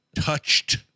touched